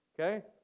Okay